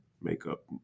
makeup